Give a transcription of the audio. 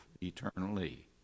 eternally